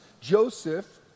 Joseph